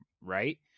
right